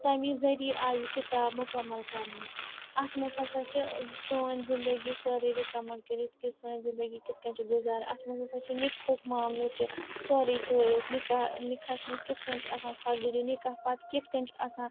تَمے ذٔریعہِ آیہِ یہِ کِتاب مکمل کَرنہٕ اتھ منٛز ہَسا چھِ سٲنۍ زِندگی سٲرٕے رِکَمیٚنٛڈ کٔرِتھ کہِ سٲنۍ زِندگی کِتھ کٔنۍ چھِ گُزارٕنۍ اتھ مَنٛز ہَسا چھُ نِکاحُک معاملہٕ تہِ سورٕے ہٲیِتھ نِکاح ٲں نِکاح ہس مَنٛز کِتھ کٔنۍ چھُ آسان خطبہٕ دِنۍ نِکاح پَتہٕ کِتھ کٔنۍ چھُ آسان